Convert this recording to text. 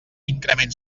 increment